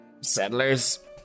settlers